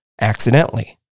accidentally